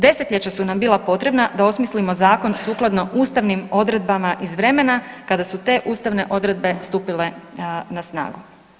Desetljeća su nam bila potrebna da osmislimo zakon sukladno ustavnim odredbama iz vremena kada su te ustavne odredbe stupile na snagu.